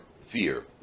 fear